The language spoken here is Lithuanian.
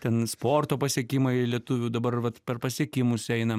ten sporto pasiekimai lietuvių dabar vat per pasiekimus einam